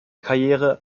karriere